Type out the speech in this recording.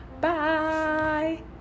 Bye